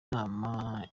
nama